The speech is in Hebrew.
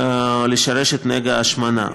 לשרש את נגע ההשמנה,